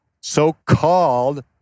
so-called